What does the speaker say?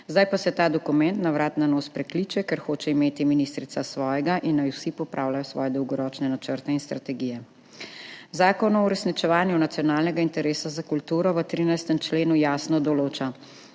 Zdaj pa se ta dokument na vrat na nos prekliče, ker hoče imeti ministrica svojega in naj vsi popravljajo svoje dolgoročne načrte in strategije. Zakon o uresničevanju nacionalnega interesa za kulturo v 13. členu jasno določa,